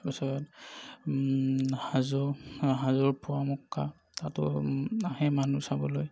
তাৰ পাছত হাজো হাজোৰ পোৱামক্কা তাতো আহে মানুহ চাবলৈ